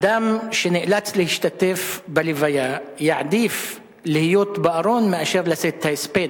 אדם שנאלץ להשתתף בלוויה יעדיף להיות בארון מאשר לשאת את ההספד,